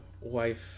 wife